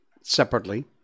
separately